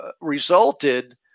resulted